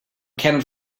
cannot